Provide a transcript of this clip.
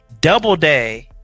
Doubleday